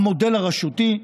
המודל הרשותי,